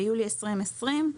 ביולי 2020,